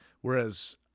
Whereas